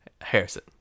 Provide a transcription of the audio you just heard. Harrison